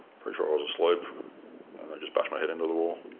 pretty sure i was asleep, and they just bashed my head into the wall